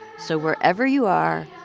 so wherever you are,